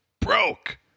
broke